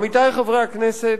עמיתי חברי הכנסת,